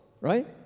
right